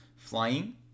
flying